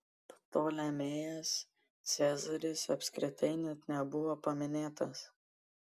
ptolemėjas cezaris apskritai net nebuvo paminėtas